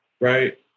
right